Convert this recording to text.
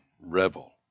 revel